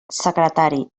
secretari